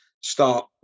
start